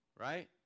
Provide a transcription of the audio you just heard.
Right